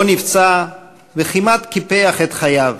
שבו נפצע וכמעט קיפח את חייו,